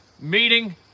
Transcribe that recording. meeting